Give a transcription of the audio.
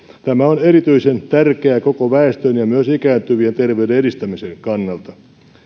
tämä on erityisen tärkeää koko väestön ja myös ikääntyvien terveyden edistämisen kannalta